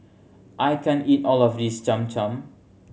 I can't eat all of this Cham Cham